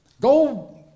Go